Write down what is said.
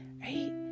Right